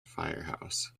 firehouse